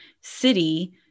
city